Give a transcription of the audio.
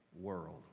world